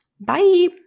Bye